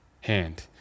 hand